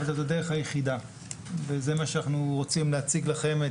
אבל זו הדרך היחידה וזה מה שאנחנו רוצים להציג לכם,